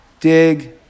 dig